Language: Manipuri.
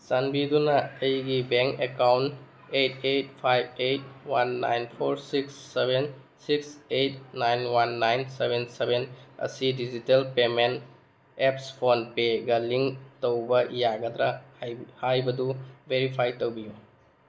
ꯆꯥꯟꯕꯤꯗꯨꯅ ꯑꯩꯒꯤ bank account eight eight five eight one nine four six seven six eight nine one nine seven seven ꯑꯁꯤ ꯗꯤꯖꯤꯇꯦꯜ ꯄꯦꯃꯦꯟ ꯑꯦꯞꯁ ꯐꯣꯟꯄꯦꯒ ꯂꯤꯡ ꯇꯧꯕ ꯌꯥꯒꯗ꯭ꯔꯥ ꯍꯥꯏꯕꯗꯨ ꯚꯦꯔꯤꯐꯥꯏ ꯇꯧꯕꯤꯌꯨ